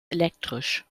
elektrisch